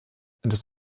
das